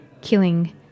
killing